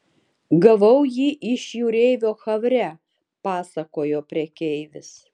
gavau jį iš jūreivio havre pasakojo prekeivis